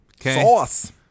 Sauce